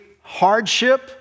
hardship